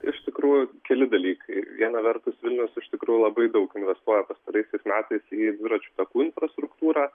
iš tikrųjų keli dalykai viena vertus vilnius iš tikrųjų labai daug investuoja pastaraisiais metais į dviračių takų infrastruktūrą